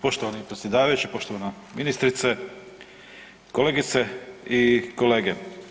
Poštovani predsjedavajući, poštovana ministrice, kolegice i kolege.